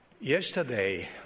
Yesterday